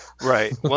Right